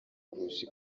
kurusha